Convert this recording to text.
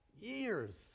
Years